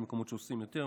יש מקומות שעושים יותר,